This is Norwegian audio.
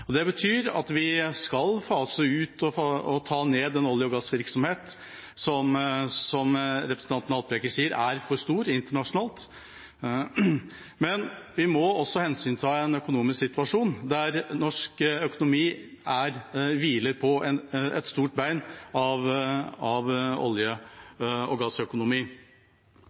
hop. Det betyr at vi skal ta ned og fase ut en olje- og gassvirksomhet som – som representanten Haltbrekken sier – er for stor internasjonalt, men vi må også hensynta en situasjon der norsk økonomi i stor grad hviler på olje- og gassøkonomi.